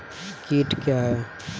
कीट क्या है?